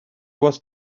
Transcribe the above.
was